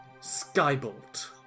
Skybolt